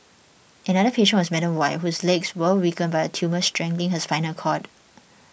another patient was Madam Y whose legs were weakened by a tumour strangling her spinal cord